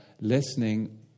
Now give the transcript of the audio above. listening